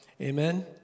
Amen